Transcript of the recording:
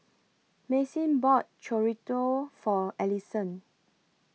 Maxine bought Chorizo For Ellison